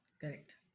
Correct